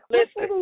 Listen